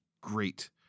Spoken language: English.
great